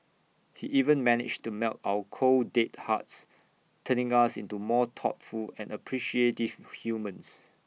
he even managed to melt our cold dead hearts turning us into more thoughtful and appreciative humans